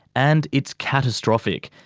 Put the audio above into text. and it's catastrophic,